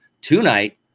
tonight